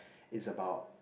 it's about